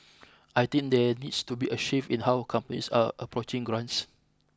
I think there needs to be a shift in how companies are approaching grants